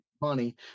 money